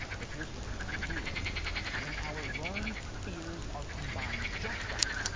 but here's what's even cooler when our learned fears are combined just right,